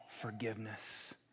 forgiveness